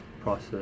process